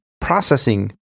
processing